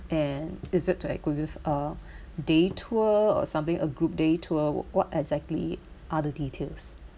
and is it to acqui~ with uh day tour or something a group day tour w~ what exactly are the details